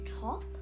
top